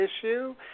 issue